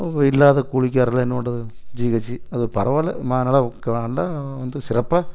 இல்லாத கூலிகாரர்லாம் என்ன பண்ணுறது ஜிஹெச்சு அது பரவாயில்ல வந்து சிறப்பாக